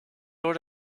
door